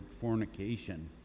fornication